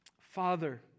Father